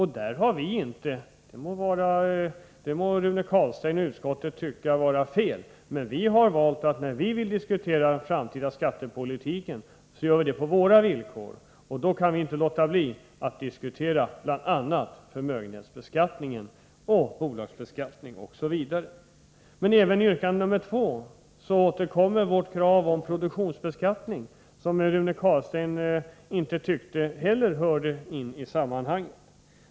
Rune Carlstein och utskottet må tycka att det är fel, men där har vi valt att diskutera den framtida skattepolitiken på våra egna villkor, och då kan vi inte låta bli att komma in på förmögenhetsbeskattning, bolagsbeskattning m.m. I yrkande 2 återkommer vårt krav på produktionsbeskattning, som Rune Carlstein inte heller tyckte hör hemma i sammanhanget.